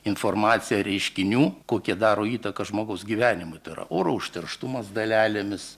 informacija reiškinių kokią daro įtaką žmogaus gyvenimui tai yra oro užterštumas dalelėmis